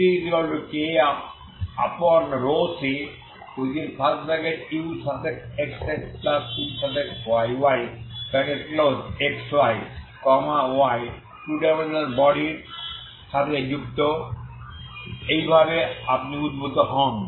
utkρcuxxuyyx y two dimensional body র সাথে যুক্ত এইভাবে আপনি উদ্ভূত হন